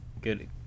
good